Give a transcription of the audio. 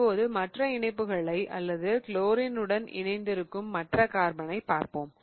இப்போது மற்ற இணைப்புகளை அல்லது குளோரினுடன் இணைந்திருக்கும் மற்ற கார்பனைப் பார்ப்போம்